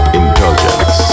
indulgence